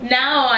now